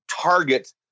target